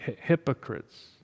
hypocrites